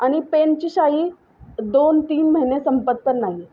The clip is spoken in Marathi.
आणि पेनची शाई दोन तीन महिने संपत पण नाही आहे